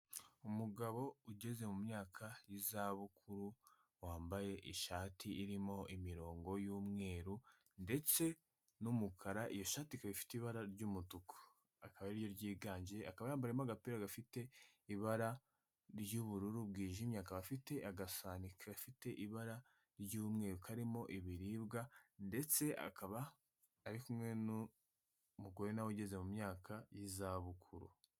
Umugabo ugeze mu myaka y'izabukuru, wambaye ishati irimo imirongo y'umweru ndetse n'umukara, iyo shati ikaba ifite ibara ry'umutuku, rikaba ariryo ryiganje, yambayemo agapira gafite ibara ry'ubururu bwijimye, akaba afite agasahani gafite ibara ry'umweru karimo ibiribwa ndetse akaba ari kumwe n'umugore na we ugeze mu myaka y'izabukuru.